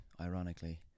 Ironically